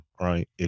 right